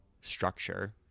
structure